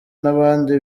n’abandi